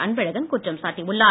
அன்பழகன் குற்றம்சாட்டியுள்ளார்